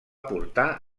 portar